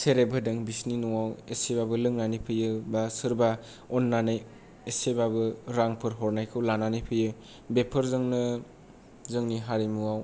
सेरेब होदों बिसोरनि न'वाव एसेबाबो लोंनानै फैयो बा सोरबा अननानै एसेबाबो रांफोर हरनायखौ लानानै फैयो बेफोरजोंनो जोंनि हारिमुवाव